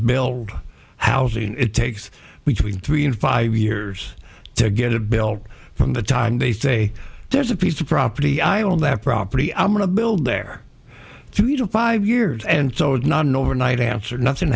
build housing it takes between three and five years to get it built from the time they say there's a piece of property i own that property i'm going to build there to do five years and so did not an overnight answer nothing